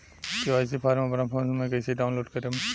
KYC form अपना phone मे कइसे डाऊनलोड करेम?